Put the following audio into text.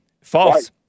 False